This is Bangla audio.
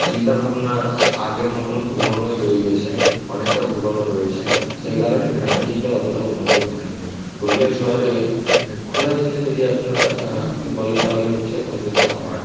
চিন্তা ভাবনা আগের মতো পুরনোই রয়ে গিয়েছে অনেকটা পুরনো রয়েছে সেই কারণে গ্রামের দিকটা অতটা উন্নত হয়নি পুরুলিয়া শহরে ঘোরার জন্য যদি আপনারা আপনি বলেন তা হলে হচ্ছে অযোধ্যা পাহাড়